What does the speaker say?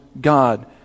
God